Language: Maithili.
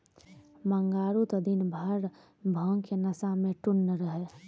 मंगरू त दिनभर भांग के नशा मॅ टुन्न रहै